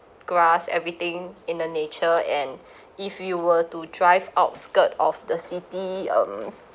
grass everything in the nature and if you were to drive outskirt of the city um